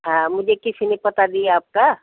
हाँ मुझे किसी ने पता दिया आपका